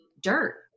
dirt